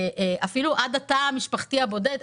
אפילו עד התא המשפחתי הבודד,